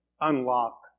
unlock